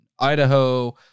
Idaho